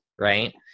right